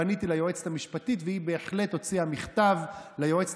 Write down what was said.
פניתי ליועצת המשפטית והיא בהחלט הוציאה מכתב ליועצת